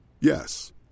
Yes